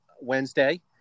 Wednesday